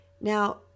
Now